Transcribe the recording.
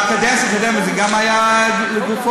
בקדנציה הקודמת זה גם היה לגופו?